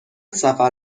سفر